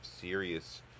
serious